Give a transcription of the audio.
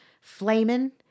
flaming